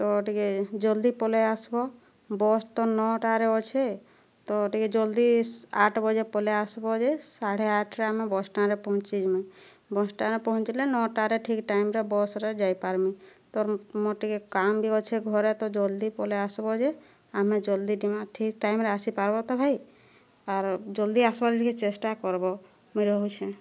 ତ ଟିକିଏ ଜଲ୍ଦି ପଲେଇ ଆସିବ ବସ୍ ତ ନଅଟାରେ ଅଛେ ତ ଟିକିଏ ଜଲ୍ଦି ଆଠ୍ ବଜେ ପଲେଇ ଆସିବ ଯେ ସାଢ଼େ ଆଠ୍ରେ ଆମେ ବସ୍ଷ୍ଟାଣ୍ଡରେ ପହଁଞ୍ଚିମି ବସ୍ଷ୍ଟାଣ୍ଡରେ ପହଁଞ୍ଚିଲେ ନଅଟାରେ ଠିକ୍ ଟାଇମରେ ବସ୍ରେ ଯାଇପାରମି ପର୍ ମୋର୍ ଟିକିଏ କାମ୍ ବି ଅଛେ ଘରେ ତ ଜଲ୍ଦି ପଲେଇ ଆସିବ ଯେ ଆମେ ଜଲ୍ଦି ଠିକ୍ ଟାଇମରେ ଆସ୍ପାର୍ବ ତ ଭାଇ ଆର୍ ଜଲ୍ଦି ଆସବାର୍ ଟିକିଏ ଚେଷ୍ଟା କର୍ବ ମୁଇଁ ରହୁଛେଁ